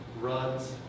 runs